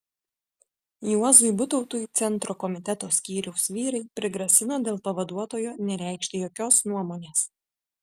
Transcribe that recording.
juozui butautui centro komiteto skyriaus vyrai prigrasino dėl pavaduotojo nereikšti jokios nuomonės